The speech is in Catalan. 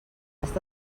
està